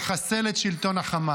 -- להשיב את החטופים ולחסל את שלטון חמאס.